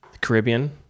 Caribbean